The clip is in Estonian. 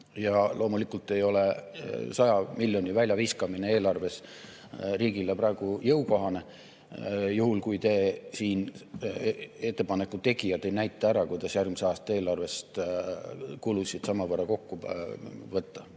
Loomulikult ei ole 100 miljoni väljaviskamine eelarvest riigile praegu jõukohane. Juhul kui te siin, ettepaneku tegijad, ei näita ära, kuidas järgmise aasta eelarvest kulusid samavõrra kokku võtta.